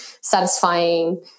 satisfying